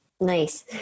Nice